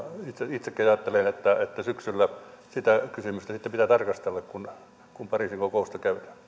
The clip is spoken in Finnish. itsekin ajattelen että että syksyllä sitä kysymystä sitten pitää tarkastella kun kun pariisin kokousta käydään